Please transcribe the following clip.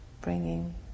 Bringing